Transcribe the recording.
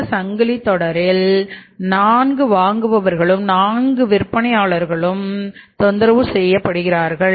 இந்த சங்கிலியில் 4 வாங்குபவர்களும் 4 விற்பனையாளர்களும் தொந்தரவு செய்யப்படுவார்கள்